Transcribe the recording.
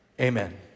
amen